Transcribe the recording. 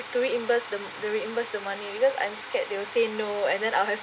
to reimburse the to reimburse the money because I'm scared they will say no and then I'll have